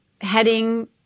heading